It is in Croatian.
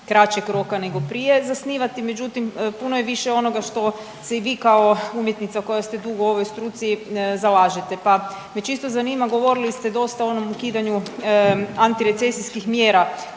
kraćeg roka nego prije zasnivati, međutim puno je više onoga što se i vi kao umjetnica koja ste dugo u ovoj struci zalažete. Pa me čisto zanima, govorili ste dosta o onom ukidanju antiresecijskih mjera